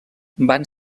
van